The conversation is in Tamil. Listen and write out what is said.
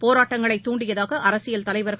போராட்டங்களைதாண்டியதாகஅரசியல் தலைவர்கள்